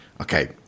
okay